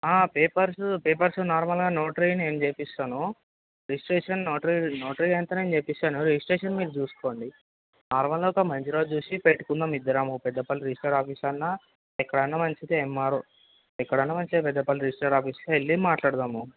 papers papers నార్మల్గా notary నేను చేయిపిస్తాను రిజిస్ట్రేషన్ నోటరీ నోటరీ అంటే నేను చేయిస్తాను రిజిస్ట్రేషన్ మీరు చూసుకోండి నార్మల్గా ఒక మంచి రోజు చూసి పెట్టుకుందాము ఇద్దరము పెద్దపల్లి రిజిస్టర్ ఆఫీస్ అన్నా ఎక్కడన్నా మంచిదే ఎంఆర్ఓ ఎక్కడైనా మంచిదే పెద్దపల్లి రిజిస్టర్ ఆఫీస్కే వెళ్ళి మాట్లాడదాము